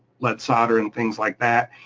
lead solder and things like that.